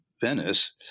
Venice